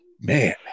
Man